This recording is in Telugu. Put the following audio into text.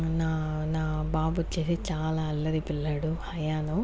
నా నా బాబొచ్చేసి చాలా అల్లరి పిల్లాడు హయాను